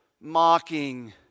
mocking